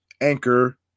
Anchor